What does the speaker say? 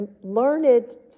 learned